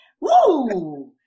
woo